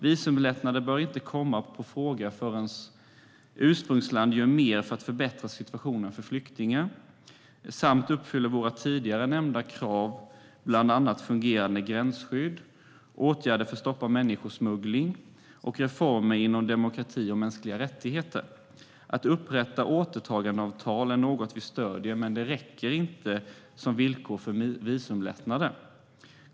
Visumlättnader bör inte komma på fråga förrän ursprungsland gör mer för att förbättra situationen för flyktingar samt uppfyller våra tidigare nämnda krav om bland annat fungerande gränsskydd, åtgärder för att stoppa människosmuggling och reformer inom demokrati och mänskliga rättigheter. Att upprätta återtagandeavtal är något vi stöder, men det räcker inte som villkor för att få visumlättnader.